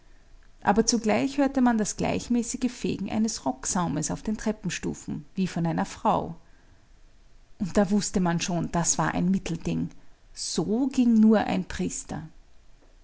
aber zugleich hörte man das gleichmäßige fegen eines rocksaumes auf den treppenstufen wie von einer frau und da wußte man schon das war ein mittelding so ging nur ein priester